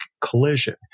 collision